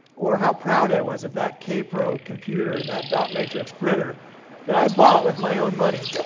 or how proud i was at that kaypro computer and that dot matrix printer that i bought with my own money,